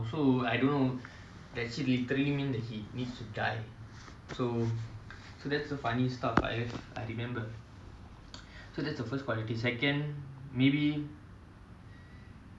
and everything else will follow through like the character of giving because a lot of people are being selfish people now I mean I'm not trying to hurt anybody but most of them are selfish they are like